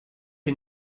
ihr